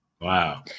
Wow